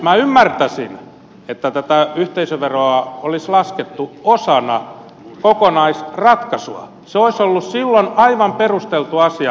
minä ymmärtäisin että tätä yhteisöveroa olisi laskettu osana kokonaisratkaisua se olisi ollut silloin aivan perusteltu asia